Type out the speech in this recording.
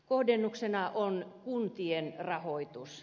kohdennuksena on kuntien rahoitus